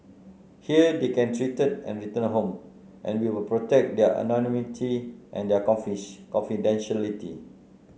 here they can treated and return home and we will protect their anonymity and their confidentiality